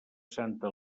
santa